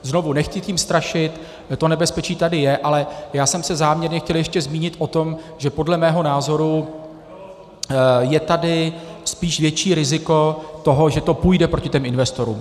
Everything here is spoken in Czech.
Znovu, nechci tím strašit, to nebezpečí tady je, ale já jsem se záměrně chtěl ještě zmínit o tom, že podle mého názoru je tady spíš větší riziko toho, že to půjde proti těm investorům.